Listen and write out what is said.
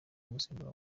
umusemburo